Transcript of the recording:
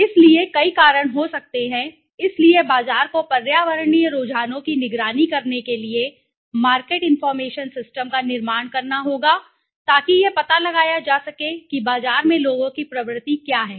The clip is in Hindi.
इसलिए कई कारण हो सकते हैं इसलिए बाजार को पर्यावरणीय रुझानों की निगरानी करने के लिए मार्केट इनफार्मेशन सिस्टम का निर्माण करना होगा ताकि यह पता लगाया जा सके कि बाजार में लोगों की प्रवृत्ति क्या है